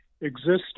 existing